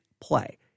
play